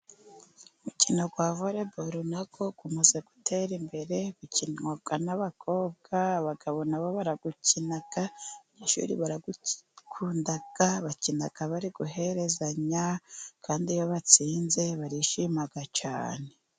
Umukino wa vole bolo nawo umaze gutera imbere, ukinwa n'abakobwa, abagabo nabo barawukina, abanyeshuri barawukunda bakina bari guherezanya, kandi iyo batsinze barishima cyane.